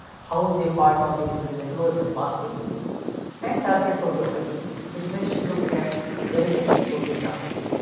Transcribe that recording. how they are part of the different networks and pathways and targeted proteomics which essentially looks at validating the protein targets.